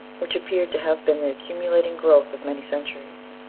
which appeared to have been the accumulating growth of many centuries.